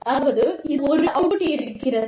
அதாவது இதில் ஒருவித அவுட் புட் இருக்கிறது